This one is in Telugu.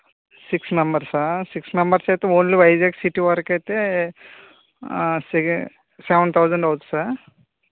సిక్స్ మెంబెర్స్ ఆ సిక్స్ మెంబర్స్ అయితే ఓన్లీ వైజాగ్ సిటీ వరకయితే సే సెవెన్ థౌజండ్ అవుద్ది సార్